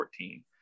2014